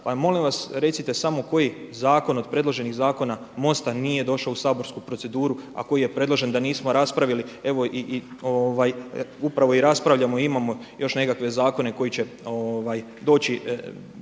molim vas recite samo koji zakon od predloženih zakona MOST-a nije došao u saborsku proceduru a koji je predložen da nismo raspravili evo i upravo i raspravljamo i imamo još nekakve zakone koji će doći